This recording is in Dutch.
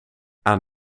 aan